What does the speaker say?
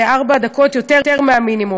שזה ארבע דקות יותר מהמינימום.